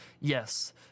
Yes